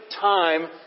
time